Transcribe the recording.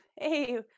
Hey